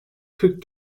kırk